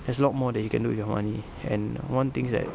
there's a lot more that you can do with your money and one thing that